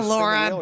Laura